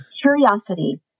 curiosity